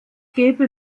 gebe